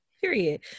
Period